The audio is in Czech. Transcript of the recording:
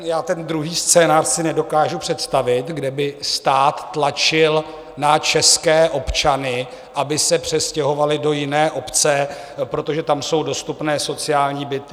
Já ten druhý scénář si nedokážu představit, kde by stát tlačil na české občany, aby se přestěhovali do jiné obce, protože tam jsou dostupné sociální byty.